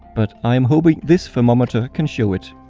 but i am hoping this thermometer can show it.